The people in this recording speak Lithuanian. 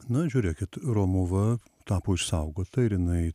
na žiūrėkit romuva tapo išsaugota ir jinai